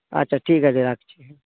আচ্ছা ঠিক আছে রাখছি হ্যাঁ